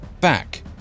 back